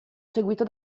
seguito